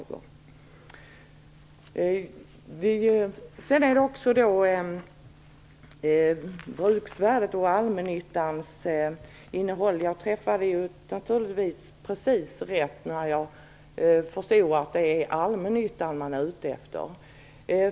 Stig Grauers talade också om bruksvärdet och om de allmännyttiga bostadsföretagen. Jag träffade naturligtvis precis rätt när jag förstod att man är ute efter dem.